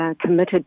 committed